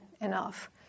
enough